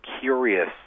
curious